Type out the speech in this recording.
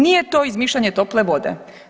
Nije to izmišljanje tople vode.